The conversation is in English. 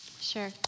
Sure